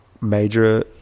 major